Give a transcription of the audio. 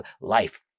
life